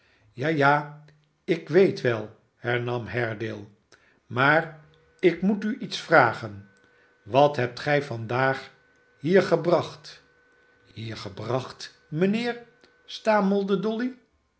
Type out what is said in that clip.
ja ja ik weet wel hernam haredale maar ik moet u iets vragen wat hebt gij vandaag hier gebracht hier gebracht mijnheer stamelde dolly